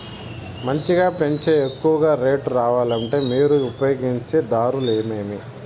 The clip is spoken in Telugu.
మంచిగా పెంచే ఎక్కువగా రేటు రావాలంటే మీరు ఉపయోగించే దారులు ఎమిమీ?